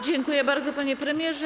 Dziękuję bardzo, panie premierze.